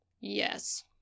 Yes